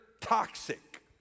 toxic